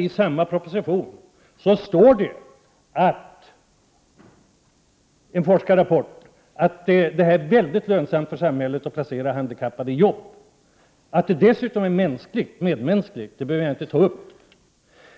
I samma proposition talas det om en forskarrapport som klargör att det är väldigt lönsamt för samhället att placera handikappade i jobb. Att det dessutom är medmänskligt behöver jag inte ta upp.